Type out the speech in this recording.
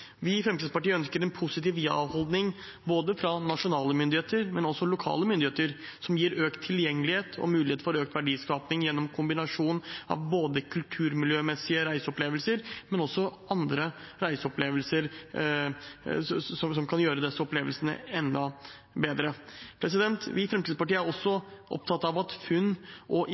Vi i Fremskrittspartiet ønsker en positiv ja-holdning fra nasjonale myndigheter, men også fra lokale myndigheter, som gir økt tilgjengelighet og muligheter for økt verdiskaping gjennom kombinasjon av både kulturmiljømessige reiseopplevelser og andre reiseopplevelser, som kan gjøre disse opplevelsene enda bedre. Vi i Fremskrittspartiet er også opptatt av at funn og